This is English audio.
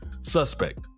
suspect